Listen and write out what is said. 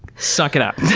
suck it up.